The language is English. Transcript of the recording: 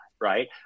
right